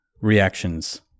reactions